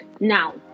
now